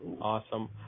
Awesome